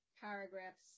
paragraphs